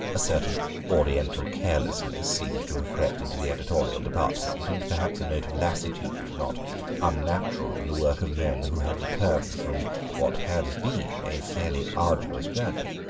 a certain oriental carelessness seemed to have crept into the editorial department, and perhaps a note of lassitude not unnatural in the work of men who had returned from what had been a fairly arduous journey.